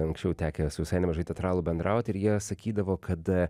anksčiau tekę su visai nemažai teatralų bendraut ir jie sakydavo kad